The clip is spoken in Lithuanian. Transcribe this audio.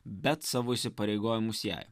bet savo įsipareigojimus jai